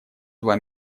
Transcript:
два